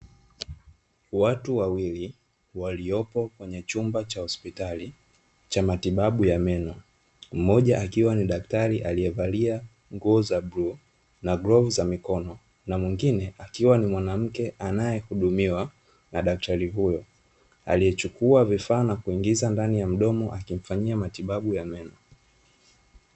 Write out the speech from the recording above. Watu wawili waliopo kwenye chumba cha hospitali, cha matibabu ya meno, mmoja akiwa ni daktari aliyevalia nguo za bluu na glavu za mikono, na mwingine akiwa ni mwanamke anayehudumiwa na daktari huyo, aliyechukua vifaa na kuingiza ndani ya mdomo, akimfanyia matibabu ya meno.